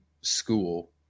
school